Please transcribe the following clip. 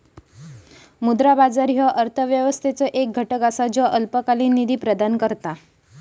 मुद्रा बाजार ह्यो अर्थव्यवस्थेचो एक घटक असा ज्यो अल्पकालीन निधी प्रदान करता